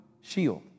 shield